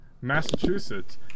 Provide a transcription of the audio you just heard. Massachusetts